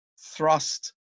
thrust